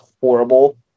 horrible